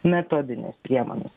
metodinės priemonės